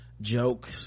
joke